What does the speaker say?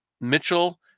Mitchell